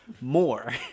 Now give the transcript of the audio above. more